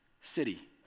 city